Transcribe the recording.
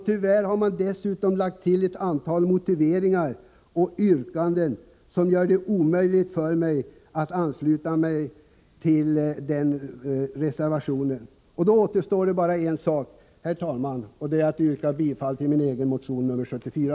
Tyvärr har det dessutom lagts till ett antal motiveringar och yrkanden som gör det omöjligt för mig att ansluta mig till denna reservation. Då återstår endast en sak, herr talman, och det är att yrka bifall till min egen motion 74.